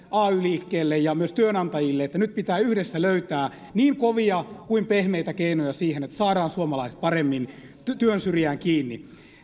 ay liikkeelle ja myös työnantajille että nyt pitää yhdessä löytää niin kovia kuin pehmeitä keinoja siihen että saadaan suomalaiset paremmin työn syrjään kiinni